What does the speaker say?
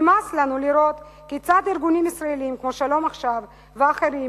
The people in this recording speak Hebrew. נמאס לנו לראות כיצד ארגונים ישראליים כמו "שלום עכשיו" ואחרים